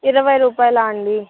ఇరవై రూపాయలా అండి